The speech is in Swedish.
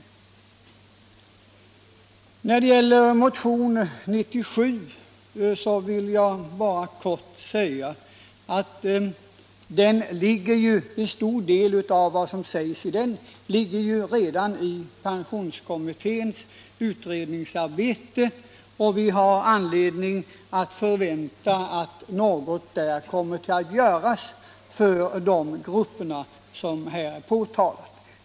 Nr 77 När det gäller motionen nr 97 vill jag bara säga att en stor del av Onsdagen den vad som yrkas i den redan innefattas i pensionskommitténs utrednings 2 mars 1977 arbete och att vi har anledning förvänta att något kommer att göras där för de grupper som motionen behandlar.